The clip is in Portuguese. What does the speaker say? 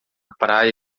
praia